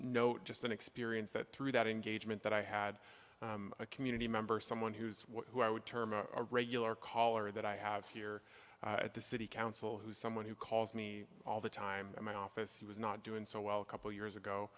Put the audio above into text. note just an experience that through that engagement that i had a community member someone who's who i would term a regular caller that i have here at the city council who someone who calls me all the time in my office who was not doing so well a couple years ago